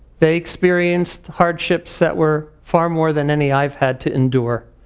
they experienced hardships that were far more than any i've had to endure.